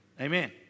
Amen